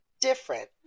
different